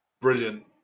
brilliant